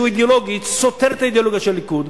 שהוא אידיאולוגית סותר את האידיאולוגיה של הליכוד,